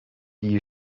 you